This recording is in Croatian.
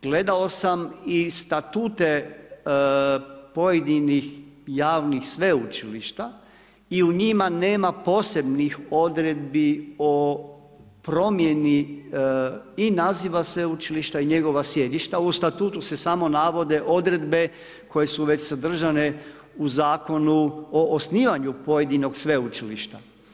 Gledao sam i statute pojedinih javnih sveučilišta i u njim ne posebnih odredbi o promjeni i naziva sveučilišta i njegova sjedišta, u statutu se samo navode odredbe koje su već sadržane u zakonu o osnivanju pojedinog sveučilišta.